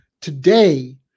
Today